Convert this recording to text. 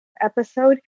episode